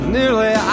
Nearly